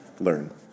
learn